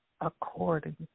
according